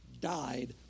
died